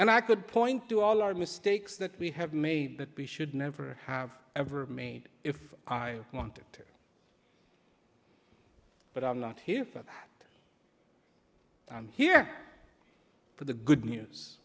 and i could point to all our mistakes that we have made that we should never have ever made if i wanted to but i'm not here but i'm here for the good news